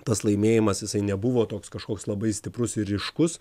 tas laimėjimas jisai nebuvo toks kažkoks labai stiprus ir ryškus